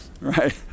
right